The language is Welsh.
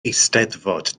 eisteddfod